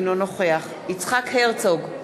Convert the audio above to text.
אינו נוכח יצחק הרצוג,